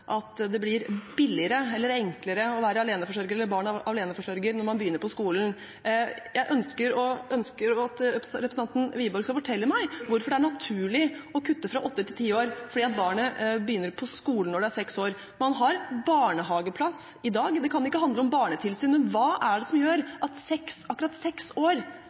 forandrer seg», blir det ikke billigere eller enklere å være aleneforsørger eller barn av aleneforsørger når man begynner på skolen. Jeg ønsker at representanten Wiborg skal fortelle meg hvorfor det er naturlig å kutte, fra åtte år til seks år, fordi barnet begynner på skolen når det er seks år. Man har barnehageplass i dag, det kan ikke handle om barnetilsyn. Hva er det som gjør at akkurat seks år